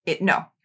No